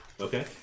Okay